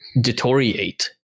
deteriorate